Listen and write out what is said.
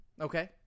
Okay